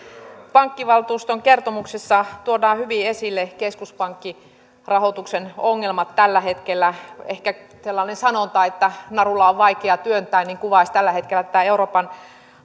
pankkivaltuuston kertomuksessa tuodaan hyvin esille keskuspankkirahoituksen ongelmat tällä hetkellä ehkä sellainen sanonta että narulla on vaikea työntää kuvaisi tällä hetkellä tätä euroopan